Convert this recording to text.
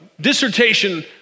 dissertation